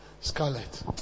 scarlet